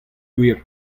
gwir